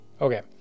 Okay